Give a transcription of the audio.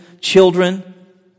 children